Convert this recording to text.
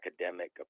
academic